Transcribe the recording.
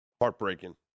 heartbreaking